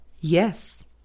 yes